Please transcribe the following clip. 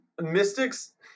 Mystics